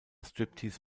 striptease